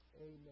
Amen